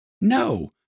No